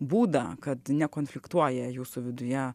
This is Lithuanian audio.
būdą kad nekonfliktuoja jūsų viduje